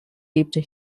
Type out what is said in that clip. lebte